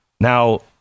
Now